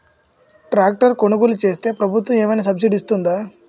Tractor కొనుగోలు చేస్తే ప్రభుత్వం ఏమైనా సబ్సిడీ ఇస్తుందా?